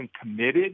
committed